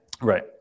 right